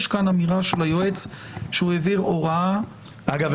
יש כאן אמירה של היועץ שהוא העביר הוראה --- אגב,